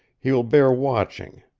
he will bear watching.